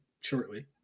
shortly